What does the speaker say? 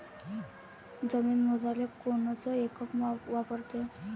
जमीन मोजाले कोनचं एकक वापरते?